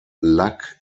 luck